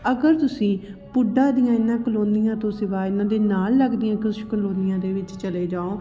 ਅਗਰ ਤੁਸੀਂ ਪੁੱਡਾ ਦੀਆਂ ਇਹਨਾਂ ਕਲੋਨੀਆਂ ਤੋਂ ਸਿਵਾ ਇਹਨਾਂ ਦੇ ਨਾਲ ਲੱਗਦੀਆਂ ਕੁਛ ਕਲੋਨੀਆਂ ਦੇ ਵਿੱਚ ਚਲੇ ਜਾਓ